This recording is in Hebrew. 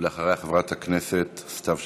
אחריה, חברת הכנסת סתיו שפיר.